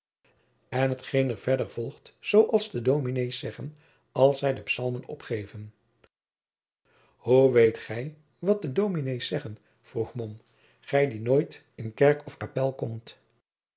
en t geen er verder volgt zoo als de dominées zeggen als zij den psalm opgeven jacob van lennep de pleegzoon hoe weet gij wat de dominées zeggen vroeg mom gij die nooit in kerk of kapel komt